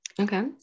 Okay